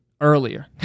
earlier